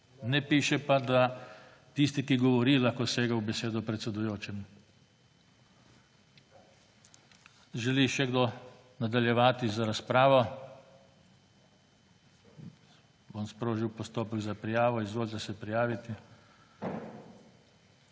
Ne piše pa, da tisti, ki govori, lahko sega v besedo predsedujočemu. Želi še kdo nadaljevati z razpravo? Bom sprožil postopek za prijavo. Izvolite, se prijaviti.